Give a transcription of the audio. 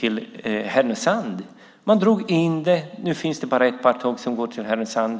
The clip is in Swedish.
till Härnösand. Man drog in dem, och nu finns det bara ett par tåg som går till Härnösand.